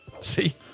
See